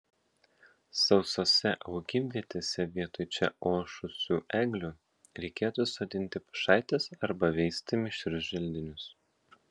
sausose augimvietėse vietoj čia ošusių eglių reikėtų sodinti pušaites arba veisti mišrius želdinius